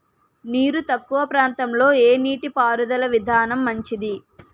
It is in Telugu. నీరు తక్కువ ప్రాంతంలో ఏ నీటిపారుదల విధానం మంచిది?